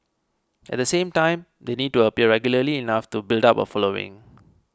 at the same time they need to appear regularly enough to build up a following